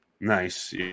Nice